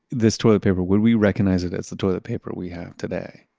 this toilet paper, would we recognize it as the toilet paper we have today?